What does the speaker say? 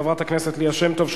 חברת הכנסת ליה שמטוב,